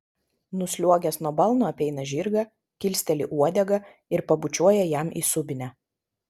nusliuogęs nuo balno apeina žirgą kilsteli uodegą ir pabučiuoja jam į subinę